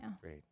great